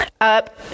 up